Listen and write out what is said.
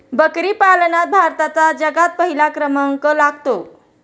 बकरी पालनात भारताचा जगात पहिला क्रमांक लागतो